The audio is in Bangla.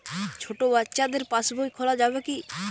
ছোট বাচ্চাদের পাশবই খোলা যাবে কি?